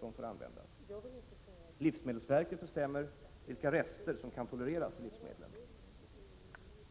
som får användas. Livsmedelsverket bestämmer vilka rester som kan tolereras i livsmedlen.